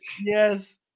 Yes